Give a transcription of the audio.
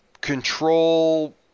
control